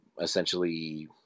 essentially